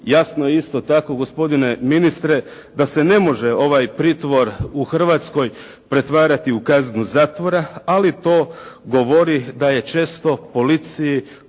Jasno je isto tako gospodine ministre da se ne može ovaj pritvor u Hrvatskoj pretvarati u kaznu zatvora, ali to govori da je često policiji